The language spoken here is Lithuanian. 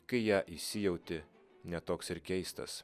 kai ją įsijauti ne toks ir keistas